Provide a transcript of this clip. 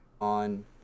on